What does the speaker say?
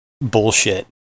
bullshit